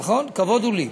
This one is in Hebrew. נכון, כבוד הוא לי.